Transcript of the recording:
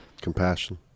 Compassion